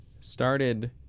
started